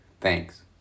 Thanks